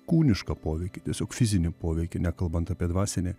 kūnišką poveikį tiesiog fizinį poveikį nekalbant apie dvasinį